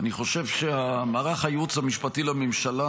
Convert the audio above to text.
אני חושב שמערך הייעוץ המשפטי לממשלה,